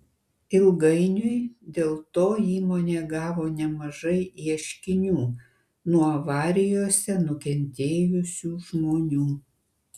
ilgainiui dėl to įmonė gavo nemažai ieškinių nuo avarijose nukentėjusių žmonių